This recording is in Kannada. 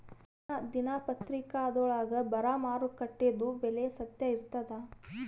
ದಿನಾ ದಿನಪತ್ರಿಕಾದೊಳಾಗ ಬರಾ ಮಾರುಕಟ್ಟೆದು ಬೆಲೆ ಸತ್ಯ ಇರ್ತಾದಾ?